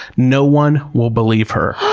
no one will believe her.